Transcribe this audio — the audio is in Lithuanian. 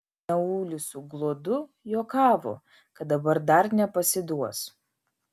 naulis su gluodu juokavo kad dabar dar nepasiduos